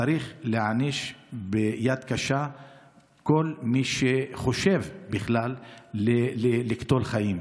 צריך להעניש ביד קשה כל מי שחושב בכלל לקטול חיים.